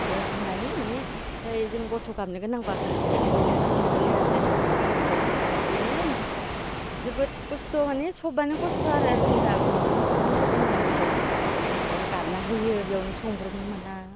बेखो संनानि मानि फ्राइ जों गथ' गाबनो गोनांबा खाह थांब्रबनो गोनां जायो आरो ओमफ्राय बिदिनो जोबोद खस्थ' मानि सबानो खस्थ' आरो जों दा गथ' गथ' गोनां नालाय गथ' गाबना होयो बेयावनो संब्रबनो मोना